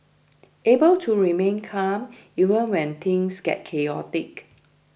able to remain calm even when things get chaotic